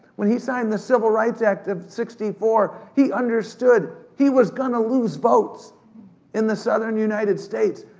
when he signed the civil rights act of sixty four, he understood he was gonna lose votes in the southern united states,